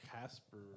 Casper